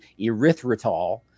erythritol